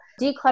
declutter